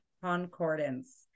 concordance